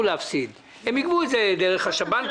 אבל עכשיו הם ייקחו גם מהמקומות האחרים וגם מכאן.